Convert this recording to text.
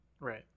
Right